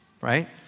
right